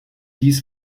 dies